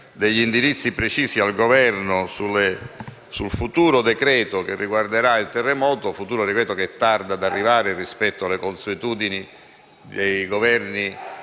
degli indirizzi precisi al Governo sul futuro decreto-legge che riguarderà il terremoto (e che tarda ad arrivare rispetto alle consuetudini dei Governi